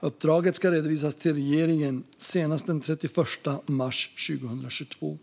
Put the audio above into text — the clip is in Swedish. Uppdraget ska redovisas till regeringen senast den 31 mars 2022.